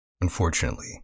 unfortunately